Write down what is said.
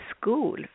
school